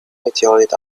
meteorites